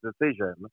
decision